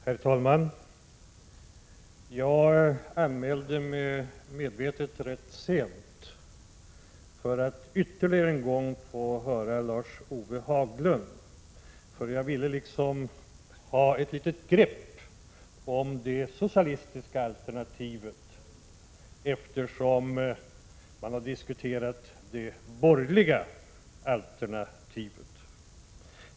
Herr talman! Jag anmälde mig medvetet rätt sent för att ytterligare en gång få höra Lars-Ove Hagberg. Jag ville nämligen ha ett litet grepp om det socialistiska alternativet, eftersom man har diskuterat det borgerliga.